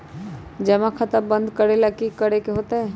जमा खाता बंद करे ला की करे के होएत?